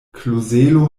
klozelo